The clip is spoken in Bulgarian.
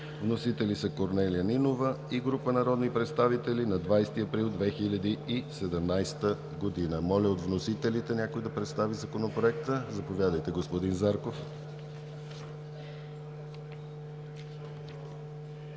Вносители са Корнелия Нинова и група народни представители на 20 април 2017 г. Моля, някой от вносителите да представи Законопроекта. Заповядайте, господин Зарков.